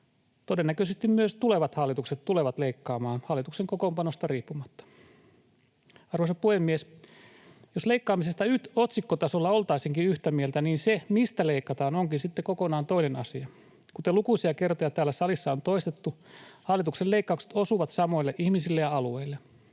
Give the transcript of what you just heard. todennäköisyydellä myös tulevat hallitukset tulevat leikkaamaan hallituksen kokoonpanosta riippumatta. Arvoisa puhemies! Jos leikkaamisesta nyt otsikkotasolla oltaisiinkin yhtä mieltä, niin se, mistä leikataan, onkin sitten kokonaan toinen asia. Kuten lukuisia kertoja täällä salissa on toistettu, hallituksen leikkaukset osuvat samoille ihmisille ja alueille.